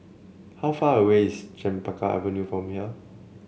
how far away is Chempaka Avenue from here